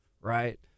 right